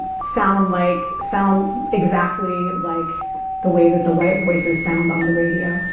sound like, sound exactly like the way that the white voices sound on the radio.